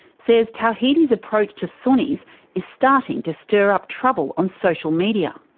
says tawhidi's approach to sunnis is starting to stir up trouble on social media.